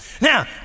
Now